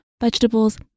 vegetables